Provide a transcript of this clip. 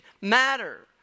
matter